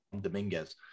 Dominguez